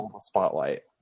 spotlight